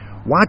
Watch